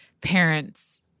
parents